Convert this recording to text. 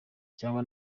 cyangwa